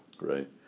Right